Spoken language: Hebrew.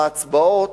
להצבעות,